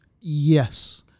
Yes